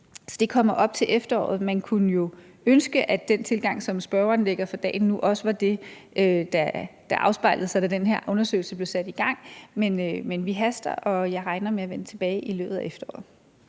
Så det kommer op til efteråret. Man kunne jo ønske, at den tilgang, som spørgeren lægger for dagen nu, også havde været det, der afspejlede sig, da den her undersøgelse blev sat i gang. Men vi skynder os, og jeg regner med at vende tilbage i løbet af efteråret.